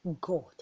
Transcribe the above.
God